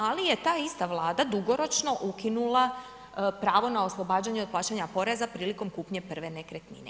Ali je ta ista Vlada dugoročno ukinula pravo na oslobađanje od plaćanja poreza prilikom kupnje prve nekretnine.